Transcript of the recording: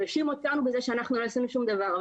הוא האשים אותנו שלא עשינו שום דבר,